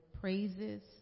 praises